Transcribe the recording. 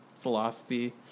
philosophy